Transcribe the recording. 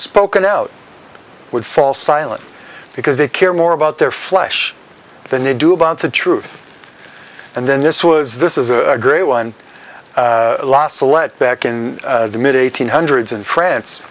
spoken out would fall silent because they care more about their flesh than they do about the truth and then this was this is a great one celeb back in the mid eighty's hundreds in france